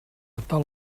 tal